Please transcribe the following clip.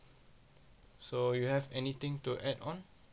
so you have anything to add on